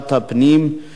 בוועדת חוץ וביטחון.